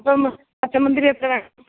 അപ്പോൾ പച്ച മുന്തിരി എത്ര വേണം